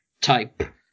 type